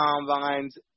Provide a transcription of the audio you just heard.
combines